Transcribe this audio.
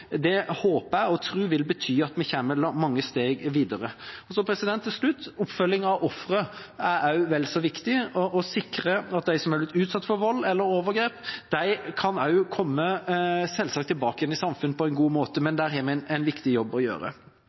håper og tror jeg vil bety at vi kommer mange steg videre. Til slutt: Oppfølging av ofre er vel så viktig, sikre at de som har blitt utsatt for vold eller overgrep, selvsagt kan komme tilbake igjen til samfunnet på en god måte. Der har vi en viktig jobb å gjøre.